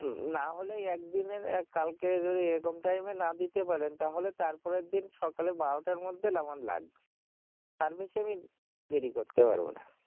হুম না হলে এক দিনের এক কালকে যদি এরকম টাইমে না দিতে পারেন তাহলে তার পরের দিন সকালে বারোটার মধ্যে আমার লাগবে তার বেশি আমি দেরি করতে পারব না